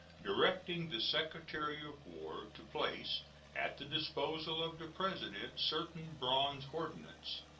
directing the secretary of war to place at the disposal of the president certain bronze ordnance,